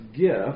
gift